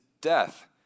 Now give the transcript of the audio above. death